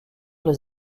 les